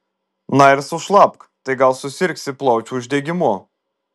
na ir sušlapk tai gal susirgsi plaučių uždegimu